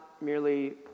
merely